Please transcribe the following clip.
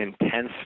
intense